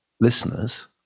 listeners